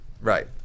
Right